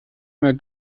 einer